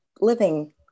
living